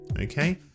okay